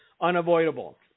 unavoidable